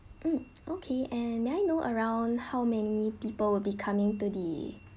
mm okay and may I know around how many people will be coming to the